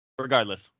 regardless